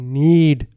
need